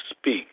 speak